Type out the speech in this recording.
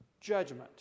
judgment